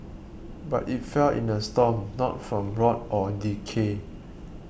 but it fell in a storm not from rot or decay